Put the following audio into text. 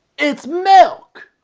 it's milk.